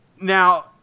Now